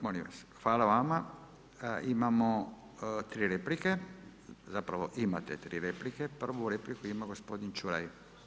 Molim vas, hvala vama, imamo tri replike, zapravo imate tri repliku, prvu repliku ima gospodin Čuraj.